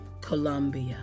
Colombia